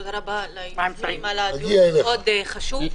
תודה רבה ליוזמים על הדיון המאוד חשוב.